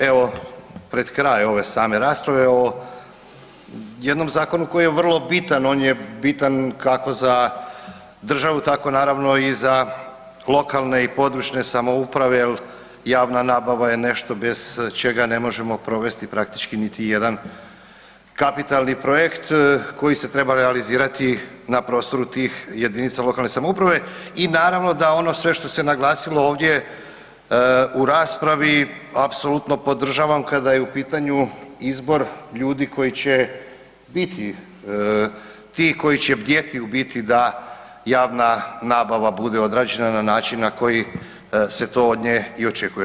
Evo pred kraj ove sam rasprave o jednom zakonu koji je vrlo bitan, on je bitan kako za državu tako naravno i za lokalne i područne samouprave jel javna nabava je nešto bez čega ne možemo provesti praktički niti jedan kapitalni projekt koji se treba realizirati na prostoru tih JLS-ova i naravno da ono sve što se naglasilo ovdje u raspravi apsolutno podržavam kada je u pitanju izbor ljudi koji će biti ti koji će bdjeti u biti da javna nabava bude odrađena na način na koji se to od nje i očekuje.